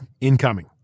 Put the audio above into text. incoming